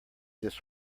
this